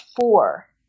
four